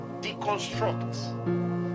deconstruct